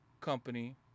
company